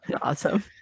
Awesome